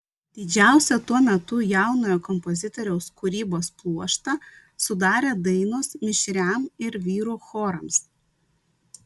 didžiausią tuo metu jaunojo kompozitoriaus kūrybos pluoštą sudarė dainos mišriam ir vyrų chorams